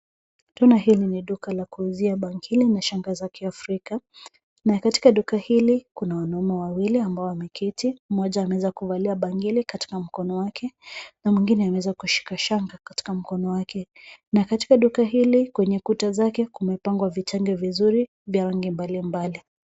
Tunaona hili ni duka la kuuzia bangili na shanga za kiafrika na katika duka hili kuna wanaume wawili ambao wameketi mmoja ameweza kuvalia bangili katika mkono wake na mwingine ameweza kushika shanga katika mkono wake na katika duka hili kwenye kuta zake kumepangwa vitande vizuri vya rangi mbalimbali.